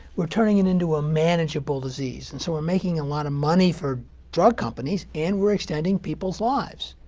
we're turning it into a manageable disease. and so we're making a lot of money for drug companies, and we're extending people's lives.